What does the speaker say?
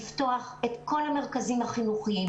לפתוח את כל המרכזים החינוכיים,